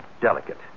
delicate